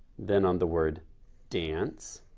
then on the word dance.